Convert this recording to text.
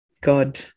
God